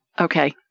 Okay